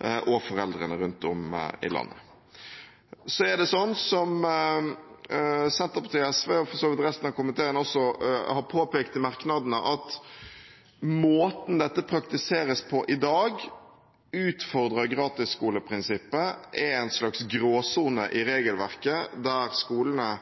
og foreldrene rundt om i landet. Så er det sånn som Senterpartiet og SV – og for så vidt også resten av komiteen – har påpekt i merknadene, at måten dette praktiseres på i dag, utfordrer gratisskoleprinsippet og er en slags gråsone i regelverket, der skolene